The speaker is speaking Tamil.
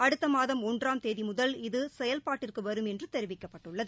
அடுத்த மாதம் ஒன்றாம் தேதி முதல் இது செயல்பாட்டிற்கு வரும் என்று தெரிவிக்கப்பட்டுள்ளது